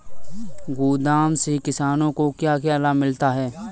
गोदाम से किसानों को क्या क्या लाभ मिलता है?